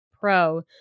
Pro